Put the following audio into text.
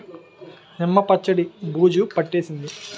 నిమ్మ పచ్చడి బూజు పట్టేసింది